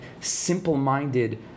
simple-minded